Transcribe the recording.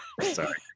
Sorry